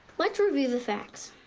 let's review the facts.